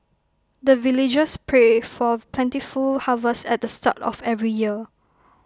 the villagers pray for plentiful harvest at the start of every year